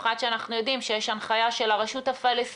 ברגע שאנחנו עוקפים את הרשות הפלשתינית.